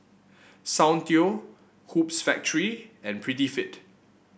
Soundteoh Hoops Factory and Prettyfit